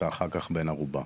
אתה אחר כך בן ערובה.